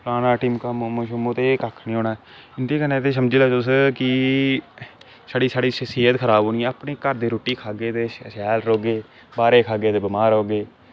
फलाना टिमका मोमोस शोमोस एहे कक्ख नी होना ऐ इंदे कन्नै ते समझी लैओ तुस छड़ी सेह्त खराब होनी ऐ अपनी घर दा रुट्टी खाह्ग्गे ते शैल रौह्गे बाह्र खाह्ग्गे ते बमार होगे